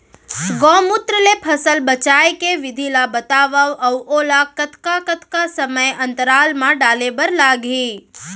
गौमूत्र ले फसल बचाए के विधि ला बतावव अऊ ओला कतका कतका समय अंतराल मा डाले बर लागही?